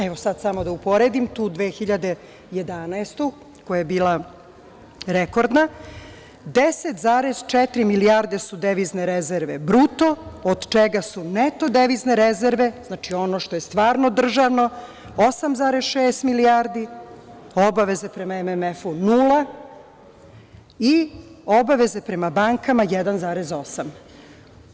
Evo, sad samo da uporedim tu 2011. godinu, koja je bila rekordna – 10,4 milijarde su devizne rezerve bruto, od čega su neto devizne rezerve, znači ono što je stvarno državno, 8,6 milijardi, obaveze prema MMF-u nula i obaveze prema bankama 1,8.